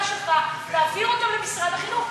שלך היא להעביר אותם למשרד החינוך?